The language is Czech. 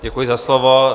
Děkuji za slovo.